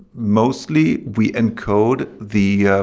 mostly, we encode the